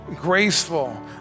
graceful